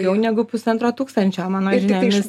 daugiau negu pusantro tūkstančio mano žiniomis